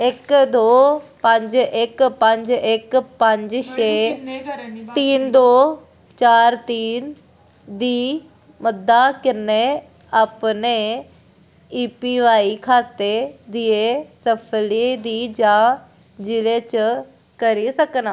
इक दो पंज इक पंज इक पंज छे तीन दो चार तीन दी मदद कन्नै अपने ए पी वाई खाते दियें तफसीलें दी जांच जि'ले च करी सकनां